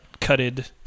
cutted